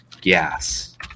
gas